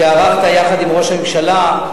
שערכת יחד עם ראש הממשלה,